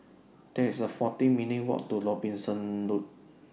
There IS A forty minutes' Walk to Robinson Road